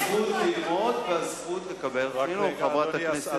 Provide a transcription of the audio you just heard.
הזכות ללמוד והזכות לקבל חינוך, חברת הכנסת לוי.